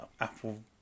Apple